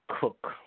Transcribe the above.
cook